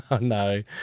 no